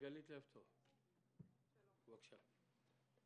מרגלית לבטוב, בבקשה.